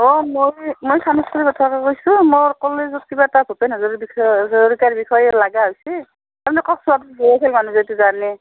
অঁ মই মই কৈছোঁ মোৰ কলেজত কিবা এটা ভূপেন হাজৰি বিষয় হাজৰিকাৰ বিষয়ে লগা হৈছে তাৰমানে